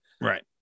Right